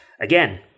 again